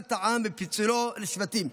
קריעת העם ופיצולו לשבטים.